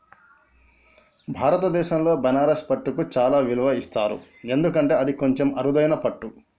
భారతదేశంలో బనారస్ పట్టుకు చాలా విలువ ఇస్తారు ఎందుకంటే అది కొంచెం అరుదైన పట్టు